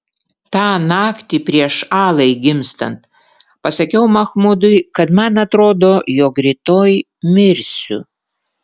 tą naktį prieš alai gimstant pasakiau machmudui kad man atrodo jog rytoj mirsiu